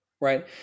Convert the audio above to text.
Right